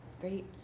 great